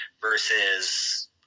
versus